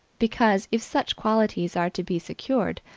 because if such qualities are to be secured,